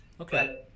Okay